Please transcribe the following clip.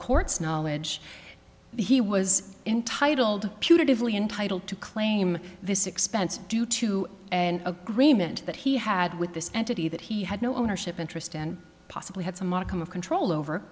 court's knowledge he was entitled putatively entitled to claim this expense due to an agreement that he had with this entity that he had no ownership interest and possibly had some modicum of control over